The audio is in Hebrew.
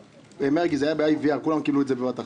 כולם קיבלו את זה בבת אחת.